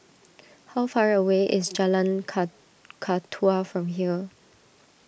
how far away is Jalan Kakatua from here